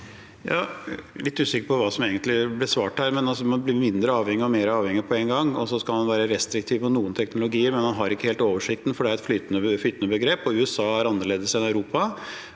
Jeg er litt usikker på hva som egentlig ble svart her. Vi blir altså mindre avhengige og mer avhengige på én gang, og så skal man være restriktiv på noen teknologier, men man har ikke helt oversikten, for det er et flytende begrep, og USA er annerledes enn Europa.